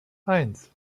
eins